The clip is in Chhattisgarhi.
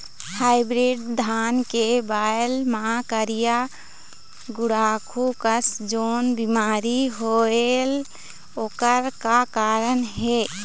हाइब्रिड धान के बायेल मां करिया गुड़ाखू कस जोन बीमारी होएल ओकर का कारण हे?